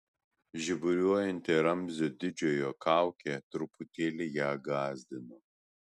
žiburiuojanti ramzio didžiojo kaukė truputėlį ją gąsdino